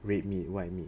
red meat white meat